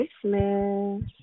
Christmas